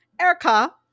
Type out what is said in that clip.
erica